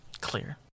clear